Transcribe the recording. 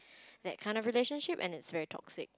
that kinds of relationships and it very toxic